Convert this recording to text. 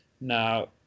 Now